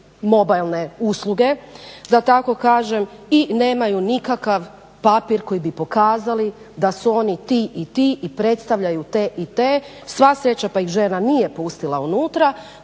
mobilne usluge, da tako kažem i nemaju nikakav papir koji bi pokazali da su oni ti i ti i predstavljaju te i te, sva sreća pa ih žena nije pustila unutra,